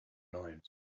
noise